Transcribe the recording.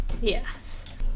yes